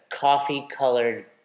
coffee-colored